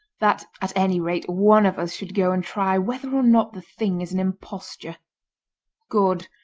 that, at any rate, one of us should go and try whether or not the thing is an imposture good!